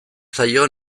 zaio